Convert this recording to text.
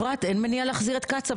לפי החוק הזה אין מניעה להחזיר את קצב.